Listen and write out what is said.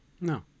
No